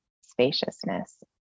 spaciousness